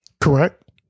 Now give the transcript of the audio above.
Correct